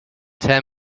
tell